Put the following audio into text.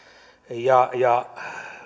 ja ja